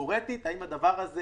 תיאורטית האם הדבר הזה